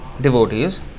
devotees